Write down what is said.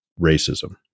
racism